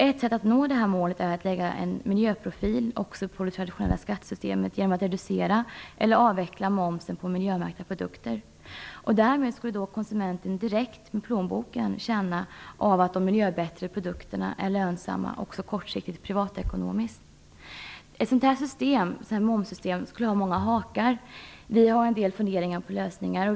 Ett sätt att nå detta mål är att lägga en miljöprofil också på det traditionella skattesystemet genom att reducera eller avveckla momsen på miljömärkta produkter. Därmed skulle konsumenten direkt i plånboken känna av att de miljövänliga produkterna är lönsamma också kortsiktigt privatekonomiskt. Ett sådant momssystem skulle ha flera hakar. Vi har en del funderingar på lösningar.